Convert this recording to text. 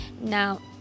now